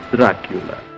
Dracula